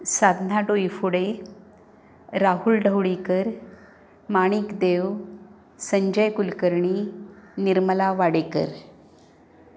Sadhana Doiphode Rahul Dhavalikar Manik Dev Sanjay Kulkarni Nirmala Wadekar